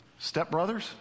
stepbrothers